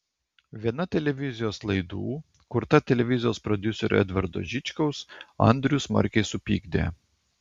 viena televizijos laidų kurta televizijos prodiuserio edvardo žičkaus andrių smarkiai supykdė